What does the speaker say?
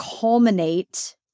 culminate